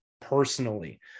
personally